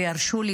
וירשו לי,